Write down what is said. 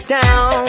down